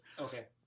Okay